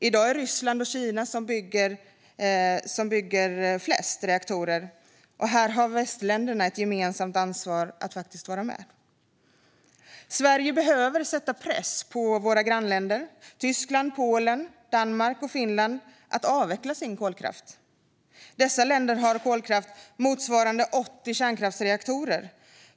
I dag är det Ryssland och Kina som bygger flest reaktorer, och här har västländerna ett gemensamt ansvar att vara med. Sverige behöver sätta press på våra grannländer Tyskland, Polen, Danmark och Finland att avveckla sin kolkraft. Dessa länder har kolkraft motsvarande 80 kärnkraftsreaktorer.